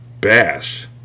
Bash